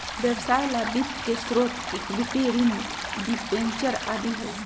व्यवसाय ला वित्त के स्रोत इक्विटी, ऋण, डिबेंचर आदि हई